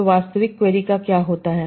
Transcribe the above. तो वास्तविक क्वेरी का क्या होता है